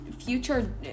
future